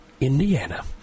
Indiana